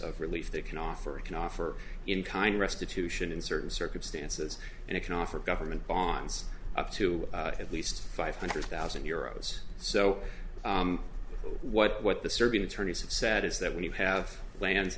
of relief they can offer can offer in kind restitution in certain circumstances and it can offer government bonds up to at least five hundred thousand euros so what the serbian attorneys have said is that when you have lan